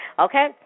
Okay